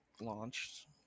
launched